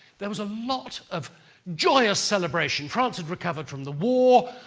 there was a lot of joyous celebration, france had recovered from the war,